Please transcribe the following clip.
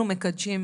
אנחנו מקדשים,